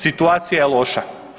Situacija je loša.